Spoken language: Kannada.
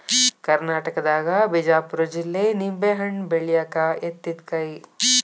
ಕರ್ನಾಟಕದಾಗ ಬಿಜಾಪುರ ಜಿಲ್ಲೆ ನಿಂಬೆಹಣ್ಣ ಬೆಳ್ಯಾಕ ಯತ್ತಿದ ಕೈ